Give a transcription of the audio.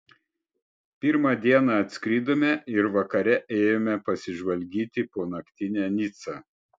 pirmą dieną atskridome ir vakare ėjome pasižvalgyti po naktinę nicą